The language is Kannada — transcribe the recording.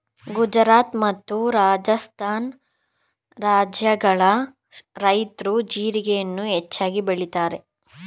ಗುಜರಾತ್ ಮತ್ತು ರಾಜಸ್ಥಾನ ರಾಜ್ಯಗಳ ರೈತ್ರು ಜೀರಿಗೆಯನ್ನು ಹೆಚ್ಚಾಗಿ ಬೆಳಿತರೆ